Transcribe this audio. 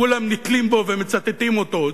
כולם נתלים בו ומצטטים אותו.